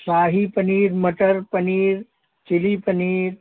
शाही पनीर मटर पनीर चिली पनीर